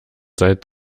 seit